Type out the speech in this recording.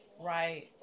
Right